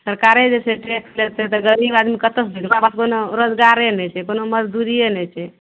सरकारे जे छै टेक्स लेतय तऽ गरीब आदमी कतसँ देतय ओकरा पास कोनो रोजगारे नहि छै कोनो मजदूरिये नहि छै